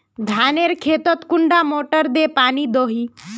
धानेर खेतोत कुंडा मोटर दे पानी दोही?